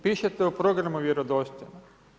Pišete u programu vjerodostojno.